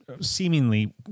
seemingly